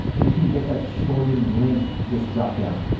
you can get that shortened link this dropdown.